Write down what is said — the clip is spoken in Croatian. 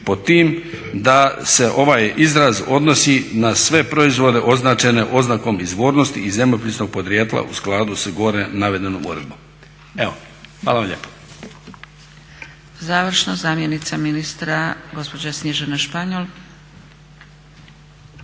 pod tim da se ovaj izraz odnosi na sve proizvode označene oznakom izvornosti i zemljopisnog podrijetla u skladu sa gore navedenom uredbom. Evo, hvala vam lijepa. **Zgrebec, Dragica (SDP)** I završno, zamjenica ministra gospođa Snježana Španjol.